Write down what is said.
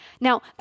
Now